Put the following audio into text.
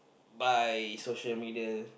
by social media